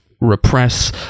repress